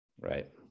Right